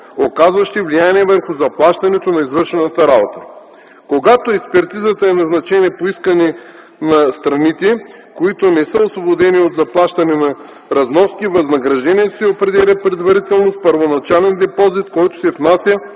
оказващи влияние върху заплащането на извършената работа. Когато експертизата е назначена по искане на страните, които не са освободени от заплащане на разноски, възнаграждението се определя предварително с първоначален депозит, който се внася